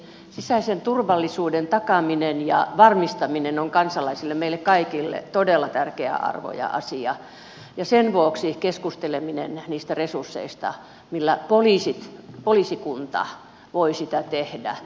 sisäisen turvallisuuden takaaminen ja varmistaminen on kansalaisille meille kaikille todella tärkeä arvo ja asia ja sen vuoksi keskustellaan niistä resursseista millä poliisikunta voi sitä tehdä